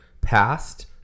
past